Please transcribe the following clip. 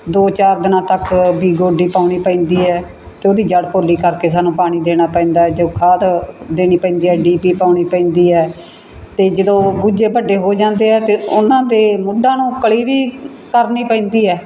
ਦੋ ਚਾਰ ਦਿਨਾਂ ਤੱਕ ਵੀ ਗੋਡੀ ਪਾਉਣੀ ਪੈਂਦੀ ਹੈ ਅਤੇ ਉਹਦੀ ਜੜ੍ਹ ਪੋਲੀ ਕਰਕੇ ਸਾਨੂੰ ਪਾਣੀ ਦੇਣਾ ਪੈਂਦਾ ਜੋ ਖਾਦ ਦੇਣੀ ਪੈਂਦੀ ਹੈ ਡੀ ਪੀ ਪਾਉਣੀ ਪੈਂਦੀ ਹੈ ਅਤੇ ਜਦੋਂ ਉਹ ਬੂਝੇ ਵੱਡੇ ਹੋ ਜਾਂਦੇ ਆ ਤਾਂ ਉਹਨਾਂ ਦੇ ਮੁੱਢਾਂ ਨੂੰ ਕਲੀ ਵੀ ਕਰਨੀ ਪੈਂਦੀ ਹੈ